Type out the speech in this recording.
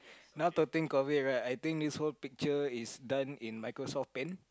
now to think of it right I think this whole picture is done in Microsoft paint